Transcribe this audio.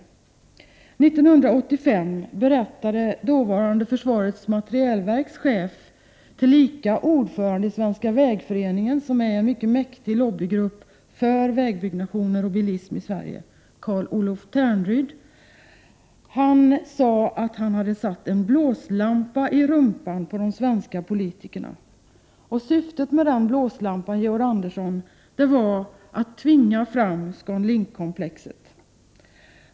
1985 berättade dåvarande försvarets materielverks chef, tillika ordförande i Svenska vägföreningen — som är en mycket mäktig lobbygrupp för vägbyggande och bilism i Sverige — Carl-Olof Ternryd att han hade satt en 31 blåslampa i rumpan på de svenska politikerna. Syftet med den blåslampan var, Georg Andersson, att tvinga fram ScanLinkkomplexet.